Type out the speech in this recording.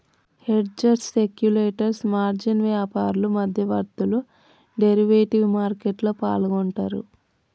hedgers, speculators, margin వ్యాపారులు, మధ్యవర్తులు derivative మార్కెట్లో పాల్గొంటరు